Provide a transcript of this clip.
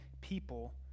people